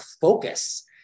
focus